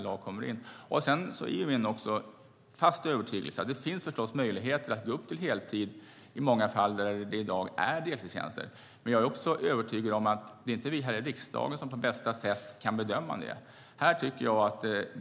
Jag har en fast övertygelse om att det finns möjligheter att gå upp till heltid i många fall där det i dag är deltidstjänster. Men jag är också övertygad om att det inte är vi här i riksdagen som kan bedöma det på bästa sätt.